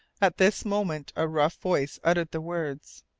at this moment a rough voice uttered the words